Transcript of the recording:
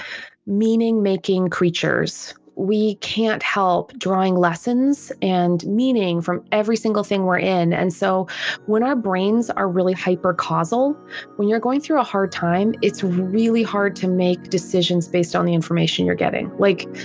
meaning-making creatures. we can't help drawing lessons and meaning from every single thing we're in. and so when our brains are really hypercausal when you're going through a hard time, it's really hard to make decisions based on the information you're getting. like,